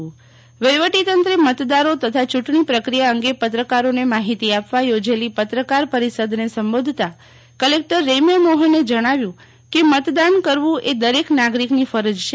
વહીવટી તંત્રે મતદારો તથા ચૂંટણી પ્રક્રિયા અંગે પત્રકારોને માહિતી આપવા યોજેલી પત્રકાર પરિષદને સંબોધતાં કલેક્ટર રેમ્યા મોહને જણાવ્યું કે મતદાન કરવું એ દરેક નાગરિકની ફરજ છે